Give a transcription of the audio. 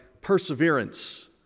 perseverance